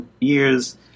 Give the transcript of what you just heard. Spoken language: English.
years